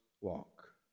walk